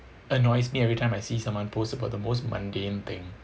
annoys me every time I see someone post about the most mundane thing